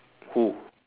who